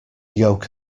yoke